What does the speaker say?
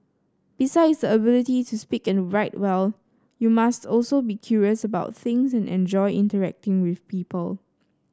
besides the ability to speak and write well you must also be curious about things and enjoy interacting with people